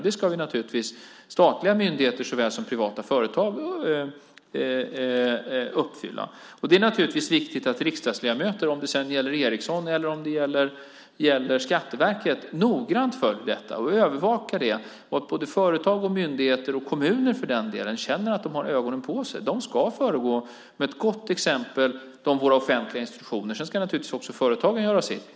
Det ska statliga myndigheter såväl som privata företag uppfylla. Det är naturligtvis viktigt att riksdagsledamöter, om det gäller Ericsson eller Skatteverket, noggrant följer detta och övervakar det så att både företag, myndigheter, och kommuner för den delen, känner att de har ögonen på sig. Våra offentliga institutioner ska föregå med gott exempel. Företagen ska också göra sitt.